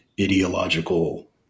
ideological